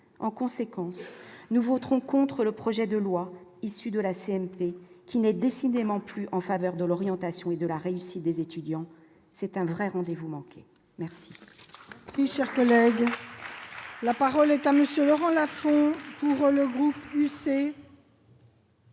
en conséquence, nous voterons contre le projet de loi issu de la CMP, qui n'est décidément plus en faveur de l'orientation et de la réussite des étudiants, c'est un vrai rendez-vous manqué, merci.